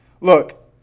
look